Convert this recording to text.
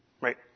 right